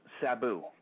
Sabu